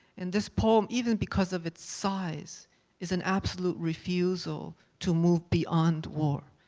and this poem even because of its size is an absolute refusal to move beyond war.